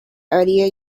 earlier